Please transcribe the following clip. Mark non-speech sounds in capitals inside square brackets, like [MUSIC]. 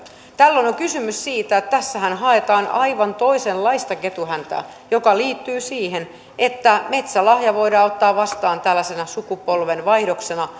tällöin on kysymys siitä että tässähän haetaan aivan toisenlaista ketunhäntää joka liittyy siihen että metsälahja voidaan ottaa vastaan tällaisena sukupolvenvaihdoksena [UNINTELLIGIBLE]